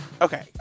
Okay